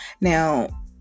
Now